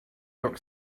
york